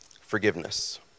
forgiveness